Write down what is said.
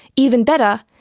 even better,